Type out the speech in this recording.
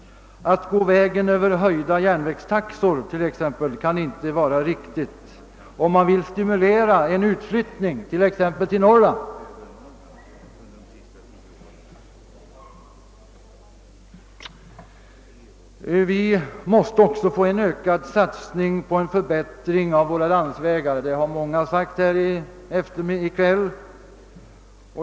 Att t.ex. gå vägen över höjda järnvägstaxor kan inte vara riktigt, om man vill stimulera en utflyttning till exempelvis Norrland. Jag vill understryka att vi också måste satsa mera för att få bättre landsvägar, vilket framhållits av många här i kväll.